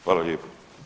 Hvala lijepo.